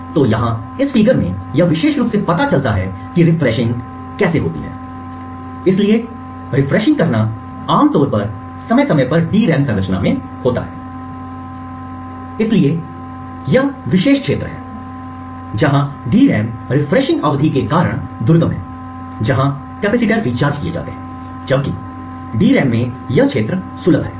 तो यहाँ इस फिगर में यह विशेष रूप से पता चलता है कि कैसे रिफ्रेशिंग होती है इसलिए रिफ्रेशिंग करना आम तौर पर समय समय पर DRAM संरचना में होता है इसलिए ये क्षेत्र विशेष हैं जहां DRAM रिफ्रेशिंग अवधि के कारण दुर्गम है जहां कैपेसिटर रिचार्ज किए जाते हैं जबकि DRAM में सुलभ क्षेत्र यहां हैं